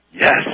Yes